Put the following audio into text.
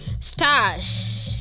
stash